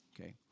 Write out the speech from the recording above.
Okay